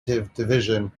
division